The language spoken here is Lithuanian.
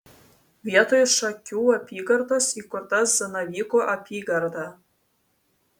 vietoj šakių apygardos įkurta zanavykų apygarda